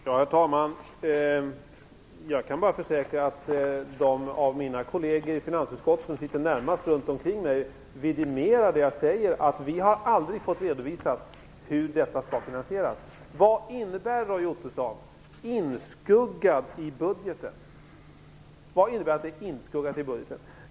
Herr talman! Jag kan bara försäkra att de av mina kolleger i finansutskottet som sitter närmast runt omkring mig vidimerar det jag säger, att vi aldrig har fått redovisat hur detta skall finansieras. Vad innebär "inskuggat" i budgeten, Roy Ottosson?